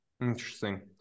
interesting